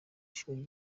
ishuri